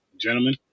gentlemen